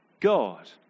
God